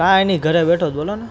કાંઈ નહીં ઘરે બેઠો બોલોને